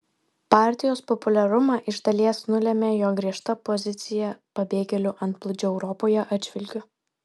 partijos populiarumą iš dalies nulėmė jo griežta pozicija pabėgėlių antplūdžio europoje atžvilgiu